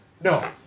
No